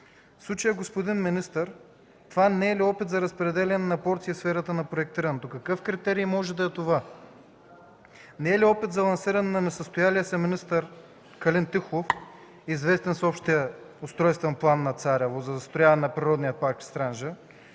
В случая, господин министър, това не е ли опит за разпределяне на порции в сферата на проектирането? Какъв критерий може да е това? Не е ли опит за лансиране на несъстоялия се министър Калин Тихолов, известен с Общия устройствен план на Царево за застрояване на Природен парк „Странджа”